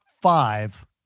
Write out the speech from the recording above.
five